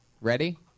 Ready